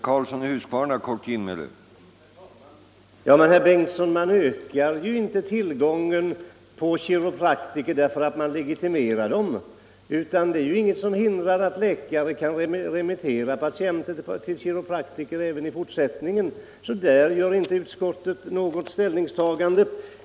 Herr talman! Men, herr Bengtsson, man ökar ju inte tillgången på kiropraktorer därför att man legitimerar dem. Och det är ju ingenting som hindrar att läkare remitterar patienter till kiropraktorer även i fortsättningen. I det fallet har ju utskottet inte gjort något ställningstagande.